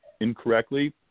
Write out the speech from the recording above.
incorrectly